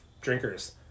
drinkers